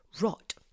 rot